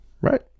right